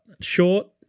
short